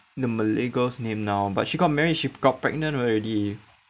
the malay girl's name now but she got married she got pregnant already